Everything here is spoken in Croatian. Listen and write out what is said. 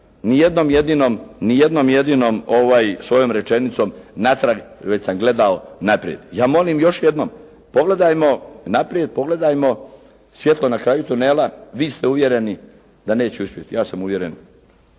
ni jednom jedinom svojom rečenicom natrag, već sam gledao naprijed. Ja molim još jednom, pogledajmo naprijed, pogledajmo svjetlo na kraju tunela. Vi ste uvjereni da neću uspjeti, ja sam uvjeren